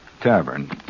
Tavern